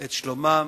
את שלומם